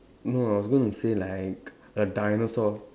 no I was going to say like a dinosaur